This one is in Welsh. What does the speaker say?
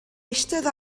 eistedd